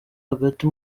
hagati